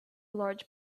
large